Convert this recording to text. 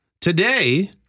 today